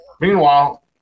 Meanwhile